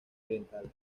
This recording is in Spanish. oriental